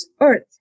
Earth